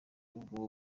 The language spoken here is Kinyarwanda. ubwo